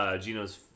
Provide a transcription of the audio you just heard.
Gino's